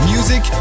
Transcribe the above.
Music